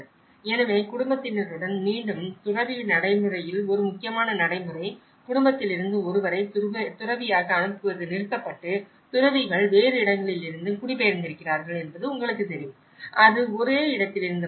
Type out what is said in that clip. எனவே குடும்பத்தினருடன் மீண்டும் துறவி நடைமுறையில் ஒரு முக்கியமான நடைமுறை குடும்பத்திலிருந்து ஒருவரை துறவியாக அனுப்புவது நிறுத்தப்பட்டு துறவிகள் வேறு இடங்களிலிருந்து குடிபெயர்ந்திருக்கிறார்கள் என்பது உங்களுக்குத் தெரியும் அது ஒரே இடத்திலிருந்து மட்டுமல்ல